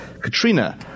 Katrina